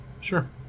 sure